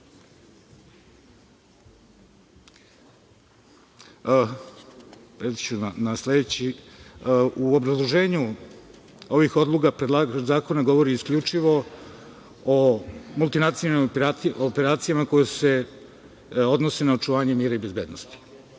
obrazloženju ovih odluka predlagač zakona govori isključivo o multinacionalnim operacijama koje se odnosi na očuvanje mira i bezbednosti,